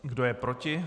Kdo je proti?